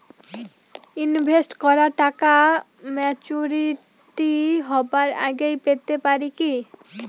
Invest করা টাকা maturity হবার আগেই পেতে পারি কি?